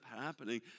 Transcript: happening